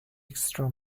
extra